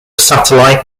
satellite